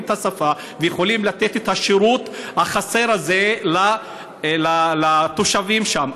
את השפה ויכולים לתת את השירות החסר הזה לתושבים שם.